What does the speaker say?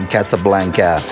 Casablanca